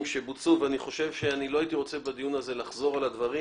שבוצעו ואני חושב שלא הייתי רוצה בדיון הזה לחזור על הדברים,